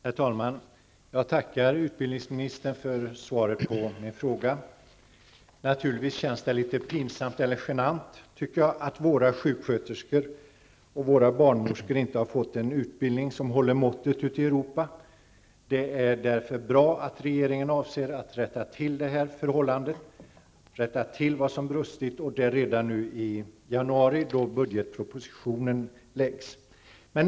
Herr talman! Jag tackar utbildningsministern för svaret på min fråga. Det känns naturligtvis litet genant att våra sjuksköterskor och barnmorskor inte har fått en utbildning som håller måttet ute i Europa. Det är därför bra att regeringen avser att rätta till detta förhållande, där det har brustit och det redan i januari då budgetpropositionen läggs fram.